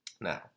now